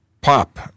pop